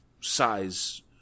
size